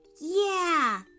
Yeah